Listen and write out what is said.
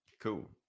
cool